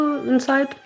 inside